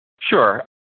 Sure